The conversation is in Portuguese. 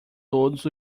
todos